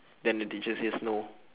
then the teachers says no